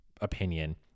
opinion